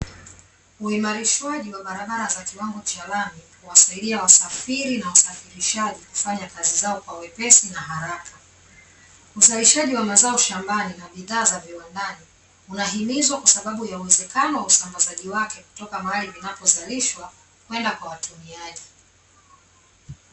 Uimarishwaji wa barabara za kiwango cha lami, huwasaidia wasafiri na wasafirishaji kufanya kazi zao kwa wepesi na haraka. Uzalishaji wa mazao shambani na bidhaa za viwandani, unahimizwa kwa sababu ya uwezekano wa usambazaji wake kutoka mahali vinapozalishwa kwenda kwa watumiaji.